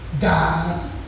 God